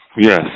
Yes